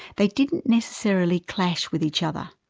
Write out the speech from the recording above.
they didn't necessarily clash with each other.